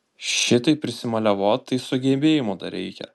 šitaip prisimaliavot tai sugebėjimų reikia